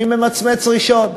מי ממצמץ ראשון.